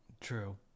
True